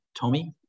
Tommy